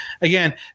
again